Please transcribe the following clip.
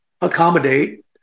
accommodate